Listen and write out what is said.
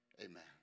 amen